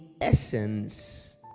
essence